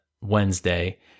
Wednesday